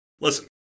Listen